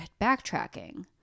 backtracking